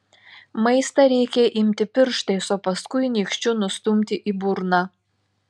maistą reikia imti pirštais o paskui nykščiu nustumti į burną